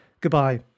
Goodbye